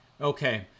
Okay